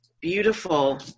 beautiful